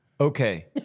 Okay